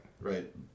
Right